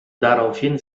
daraufhin